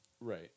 Right